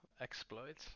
exploit